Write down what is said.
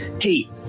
hey